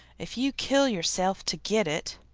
if you kill yourself to get it.